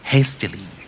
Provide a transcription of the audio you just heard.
Hastily